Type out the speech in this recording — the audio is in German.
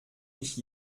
mich